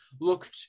looked